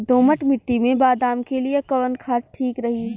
दोमट मिट्टी मे बादाम के लिए कवन खाद ठीक रही?